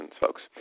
folks